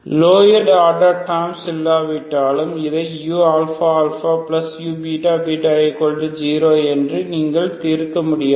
lower order terms இல்லாவிட்டாலும் இதை uααuββ0 நீங்கள் தீர்க்க முடியாது